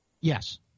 Yes